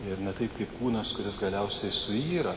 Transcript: ir ne taip kaip kūnas kuris galiausiai suyra